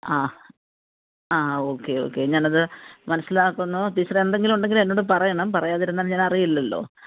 ആ ആ okay okay ഞാനത് മനസിലാക്കുന്നു ടീച്ചർ എന്തെങ്കിലും ഉണ്ടെങ്കിൽ എന്നോട് പറയണം പറയാതിരുന്നാൽ ഞാൻ അറിയില്ലല്ലോ